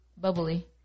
bubbly